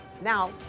Now